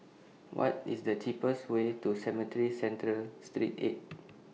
What IS The cheapest Way to Cemetry Central Street eight